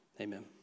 amen